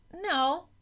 No